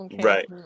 right